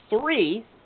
three